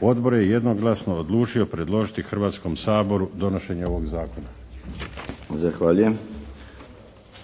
Odbor je jednoglasno odlučio predložiti Hrvatskom saboru donošenje ovog Zakona. **Milinović, Darko (HDZ)** Zahvaljujem.